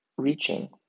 Reaching